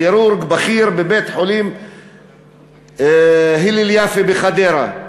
כירורג בכיר בבית-החולים הלל יפה בחדרה,